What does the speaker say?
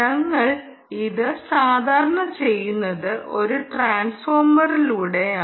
ഞങ്ങൾ ഇത് സാധാരണ ചെയ്യുന്നത് ഒരു ട്രാൻസ്ഫോർമറിലൂടെയാണ്